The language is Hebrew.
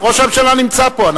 ראש הממשלה נמצא פה.